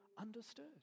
understood